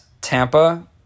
Tampa